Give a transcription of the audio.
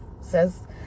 says